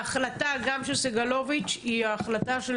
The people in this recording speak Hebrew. ההחלטה גם של סגלוביץ' היא ההחלטה של